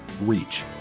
reach